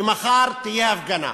ומחר תהיה הפגנה,